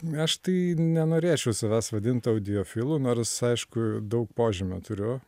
aš tai nenorėčiau savęs vadint audiofilu nors aišku daug požymių turiu